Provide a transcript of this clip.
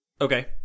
Okay